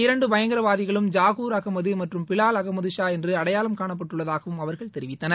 இரண்டு பயங்கரவாதிகளும் ஜாகூர் அகமது மற்றம் பிலால் அகமது ஷா என்று அடையாளம் இந்த காணப்பட்டுள்ளதாகவும் அவர்கள் தெரிவித்தனர்